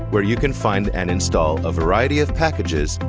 where you can find and install a variety of packages,